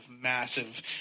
massive